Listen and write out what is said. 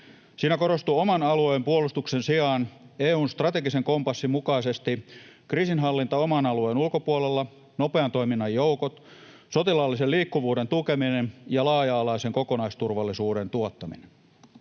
Siinä korostuvat oman alueen puolustuksen sijaan EU:n strategisen kompassin mukaisesti kriisinhallinta oman alueen ulkopuolella, nopean toiminnan joukot, sotilaallisen liikkuvuuden tukeminen ja laaja-alaisen kokonaisturvallisuuden tuottaminen.